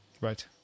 Right